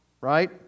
right